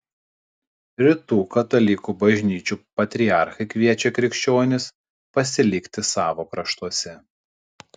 rytų katalikų bažnyčių patriarchai kviečia krikščionis pasilikti savo kraštuose